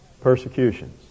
persecutions